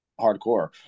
hardcore